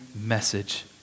message